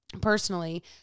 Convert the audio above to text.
personally